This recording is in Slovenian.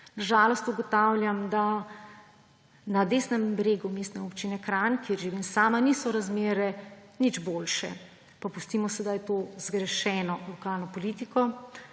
žalost ugotavljam, da na desnem bregu Mestne občine Kranj, kjer živim sama, niso razmere nič boljše. Pa pustimo sedaj to zgrešeno lokalno politiko,